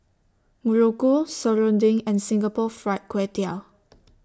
Muruku Serunding and Singapore Fried Kway Tiao